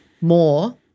more